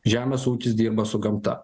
žemės ūkis dirba su gamta